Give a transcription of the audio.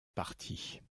parties